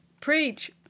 Preach